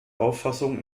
auffassung